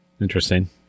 Interesting